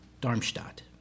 Darmstadt